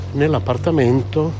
nell'appartamento